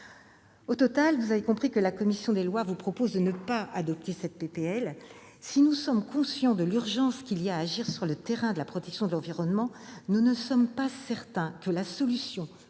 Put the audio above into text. Au total- vous l'avez compris, mes chers collègues -, la commission des lois vous propose de ne pas adopter cette proposition de loi. Si nous sommes conscients de l'urgence qu'il y a à agir sur le terrain de la protection de l'environnement, nous ne sommes pas certains que la solution